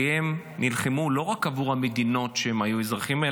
כי הם נלחמו לא רק בעבור המדינות שהם היו אזרחים בהן,